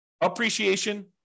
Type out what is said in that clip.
appreciation